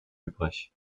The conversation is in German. übrig